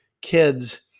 kids